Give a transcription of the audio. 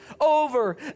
over